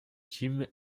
jim